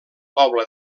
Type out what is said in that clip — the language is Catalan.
poble